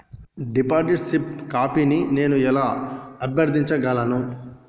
Deposit slip కాపీని నేను ఎలా అభ్యర్థించగలను?